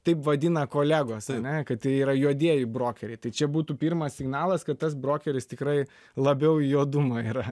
taip vadina kolegos ane kad tai yra juodieji brokeriai tai čia būtų pirmas signalas kad tas brokeris tikrai labiau į juodumo yra